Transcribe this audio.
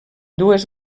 dues